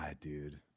dude